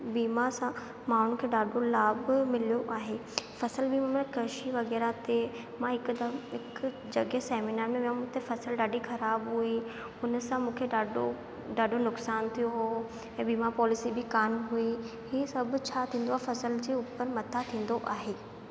बीमा सां माण्हुनि खे ॾाढो लाभ मिलियो आहे फ़सुलु बीमा में कृषि वग़ैरह ते मां हिकुदमि हिकु जॻहि सेमिनार में वयमि उते फ़सलु ॾाढी ख़राबु हुई उन सां मूंखे डाढो डाढो नुक़सानु थियो हो ऐं बीमा पॉलिसी बि कान हुई हे सभु छा थींदो आहे फ़सुल जे उत्पन मथां थींदो आहे